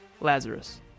Lazarus